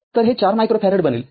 तर हे ४ मायक्रोफॅरड बनेल